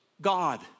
God